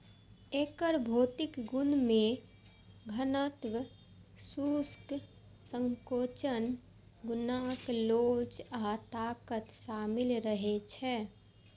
एकर भौतिक गुण मे घनत्व, शुष्क संकोचन गुणांक लोच आ ताकत शामिल रहै छै